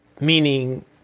Meaning